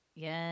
yes